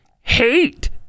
Hate